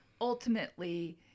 ultimately